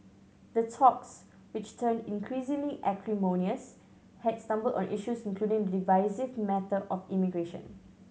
the talks which turned increasingly acrimonious had stumbled on issues including the divisive matter of immigration